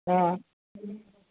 ହଁ